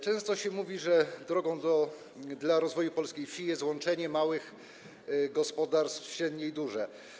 Często się mówi, że drogą do rozwoju polskiej wsi jest łączenie małych gospodarstw w średnie i duże.